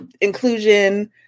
inclusion